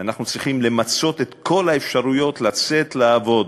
אנחנו צריכים למצות את כל האפשרויות לצאת לעבוד,